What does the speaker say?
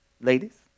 Ladies